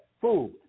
food